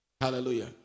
Hallelujah